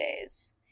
days